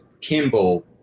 Kimball